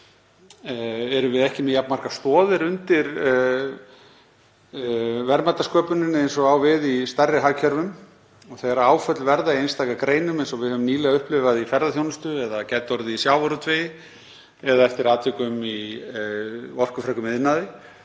hér erum við ekki með jafn margar stoðir undir verðmætasköpuninni eins og á við í stærri hagkerfum. Þegar áföll verða í einstaka greinum, eins og við höfum nýlega upplifað í ferðaþjónustu eða gæti orðið í sjávarútvegi eða eftir atvikum í orkufrekum iðnaði,